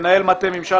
מנהל מטה ממשל,